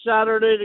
Saturday